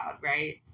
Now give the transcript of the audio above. right